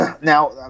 now